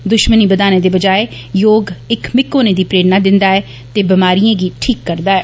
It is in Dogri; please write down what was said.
दुश्मनी बदाने दे बजाय योग इक मिक्क होने दी प्रेरणा दिंदा ऐ ते बमारिए गी ठीक करदा ऐ